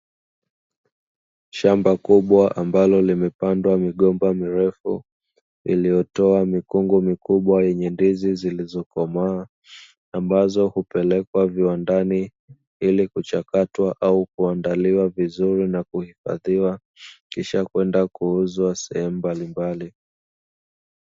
Shamba kubwa ambalo limepandwa migomba mirefu, iliyotoa mikungu mikubwa yenye ndizi zilizokomaa. Ambazo hupelekwa viwandani, ili kuchakatwa au kuandaliwa vizuri na kuhifadhiwa kisha kwenda kuuzwa sehemu mbalimbali.